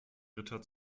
ritter